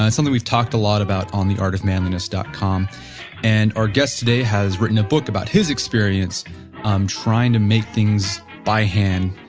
and something, we've talked a lot about on the artofmanliness dot com and our guest today has written a book about his experience um trying to make things by hand,